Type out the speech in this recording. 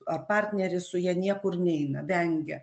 ar partneris su ja niekur neina vengia